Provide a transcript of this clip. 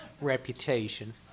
reputation